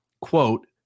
quote